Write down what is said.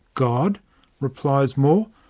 god replies more.